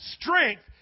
Strength